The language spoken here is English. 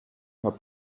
her